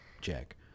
Jack